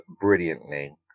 brilliantly